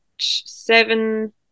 seven